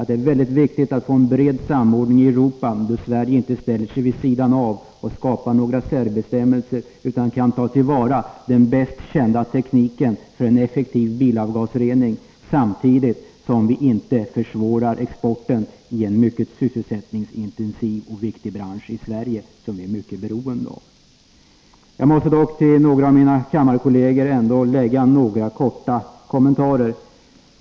Det är mycket viktigt att vi får en bred samordning i Europa, där Sverige inte ställer sig vid sidan av och skapar några särbestämmelser utan kan ta vara på den bäst kända tekniken för en effektiv bilavgasrening, samtidigt som vi inte försvårar exporten i en mycket sysselsättningsintensiv och viktig bransch i Sverige, som vi är mycket beroende av. Jag måste dock till några av mina kammarkolleger lämna några korta kommentarer.